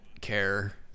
care